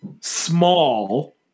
small